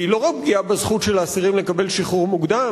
היא לא רק פגיעה בזכות של האסירים לקבל שחרור מוקדם,